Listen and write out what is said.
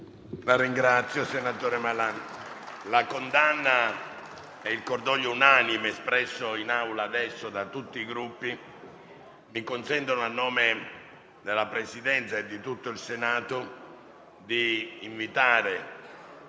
La condanna e il cordoglio unanime espressi ora in Aula da tutti i Gruppi mi consentono, a nome della Presidenza e di tutto il Senato, di invitare